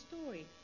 story